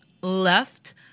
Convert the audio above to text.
left